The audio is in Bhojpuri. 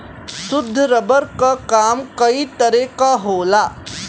शुद्ध रबर क काम कई तरे क होला